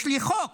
יש לי חוק